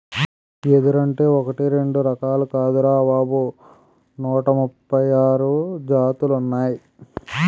ఎదురంటే ఒకటీ రెండూ రకాలు కాదురా బాబూ నూట ముప్పై ఆరు జాతులున్నాయ్